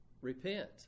repent